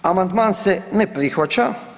Amandman se ne prihvaća.